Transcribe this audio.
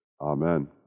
Amen